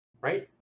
Right